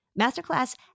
Masterclass